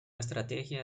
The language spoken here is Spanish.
estrategia